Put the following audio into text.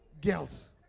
girls